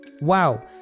Wow